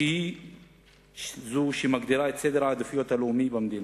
היא זאת שמגדירה את סדר העדיפויות הלאומי במדינה.